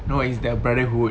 no is the brotherhood